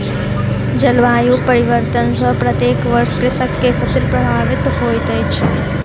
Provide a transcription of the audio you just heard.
जलवायु परिवर्तन सॅ प्रत्येक वर्ष कृषक के फसिल प्रभावित होइत अछि